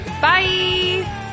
bye